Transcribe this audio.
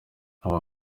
nkaba